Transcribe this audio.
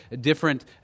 different